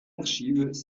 archives